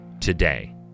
today